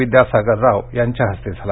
विद्यासागर राव यांच्या हस्ते झाला